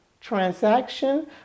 transaction